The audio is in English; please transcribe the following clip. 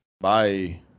Bye